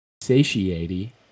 satiety